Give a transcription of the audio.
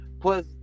Plus